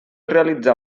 realitzar